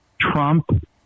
Trump